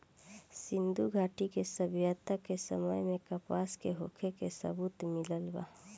सिंधुघाटी सभ्यता के समय में कपास के होखे के सबूत मिलल बा